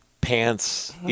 pants